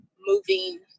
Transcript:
moving